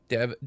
Dev